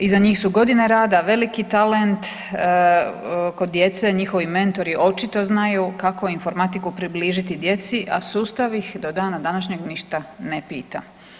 Iza njih su godine rada, veliki talent kod djece, njihovi mentori očito znaju kako informatiku približiti djeci, a sustav ih do dana današnjeg ništa ne pita.